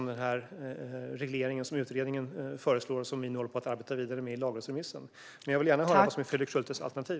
Den reglering som utredningen föreslår och som vi nu arbetar vidare med i lagrådsremissen går ut på precis det. Men jag vill gärna höra vad som är Fredrik Schultes alternativ.